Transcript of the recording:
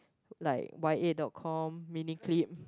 like Y_A-dot-com Miniclip